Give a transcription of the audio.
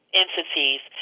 entities